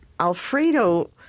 Alfredo